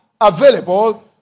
available